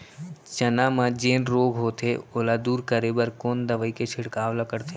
चना म जेन रोग होथे ओला दूर करे बर कोन दवई के छिड़काव ल करथे?